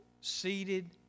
seated